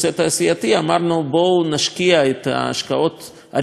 אמרנו: בואו נשקיע את ההשקעות הראשוניות שלנו